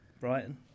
Brighton